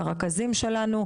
לרכזים שלנו,